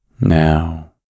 Now